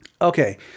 okay